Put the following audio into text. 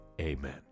amen